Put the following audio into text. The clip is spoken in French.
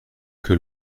que